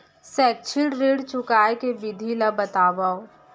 शैक्षिक ऋण चुकाए के विधि ला बतावव